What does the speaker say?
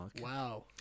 Wow